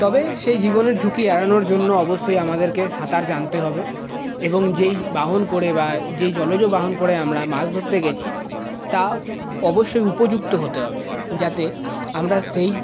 তবে সেই জীবনের ঝুঁকি এড়ানোর জন্য অবশ্যই আমাদেরকে সাঁতার জানতে হবে এবং যেই বাহন করে বা যেই জলজ বাহন করে আমরা মাছ ধরতে গেছি তা অবশ্যই উপযুক্ত হতে হবে যাতে আমরা সেই